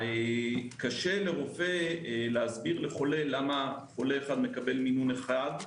קשה לרופא להסביר לחולה למה חולה אחד מקבל מינון אחד,